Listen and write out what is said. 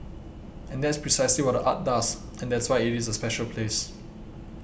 and that's precisely what the art does and that's why it is a special place